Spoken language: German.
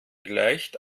gleicht